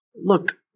look